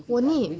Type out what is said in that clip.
我 need